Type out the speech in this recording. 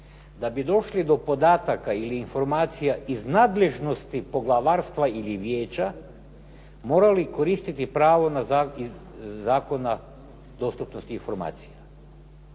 da bi došli do podataka ili informacija iz nadležnosti poglavarstva ili vijeća morali koristiti pravo iz Zakona o dostupnosti informacija.